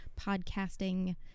podcasting